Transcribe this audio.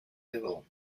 level